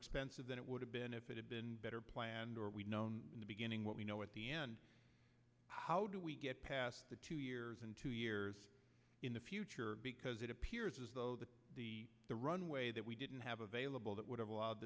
expensive than it would have been if it had been better planned or we've known in the beginning what we know at the end how do we get past the two years and two years in the future because it appears as though the the runway that we didn't have available that would have allowed